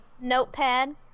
Notepad